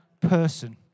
person